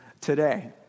today